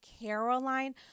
Caroline